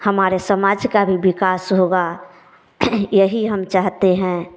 हमारे समाज का भी विकास होगा यही हम चाहते हैं